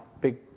big